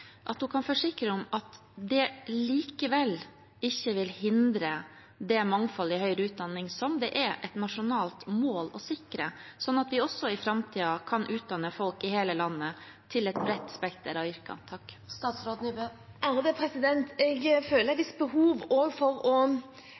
Kan hun forsikre oss om at det likevel ikke vil hindre det mangfoldet i høyere utdanning som det er et nasjonalt mål å sikre, slik at vi også i framtiden kan utdanne folk i hele landet til et bredt spekter av